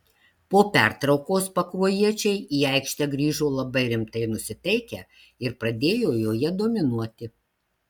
po pertraukos pakruojiečiai į aikštę grįžo labai rimtai nusiteikę ir pradėjo joje dominuoti